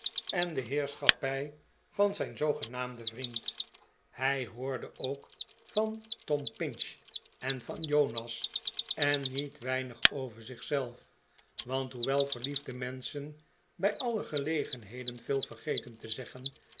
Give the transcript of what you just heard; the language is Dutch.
en de heerschappij van zijn zoogenaamden vriend hij hoorde ook van tom pinch en van jonas en niet weinig ovej zich zelf want hoewel verliefde menschen bij alle gelegenheden veel vergeten te zeggen